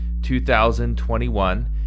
2021